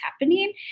happening